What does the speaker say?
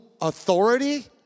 authority